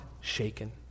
shaken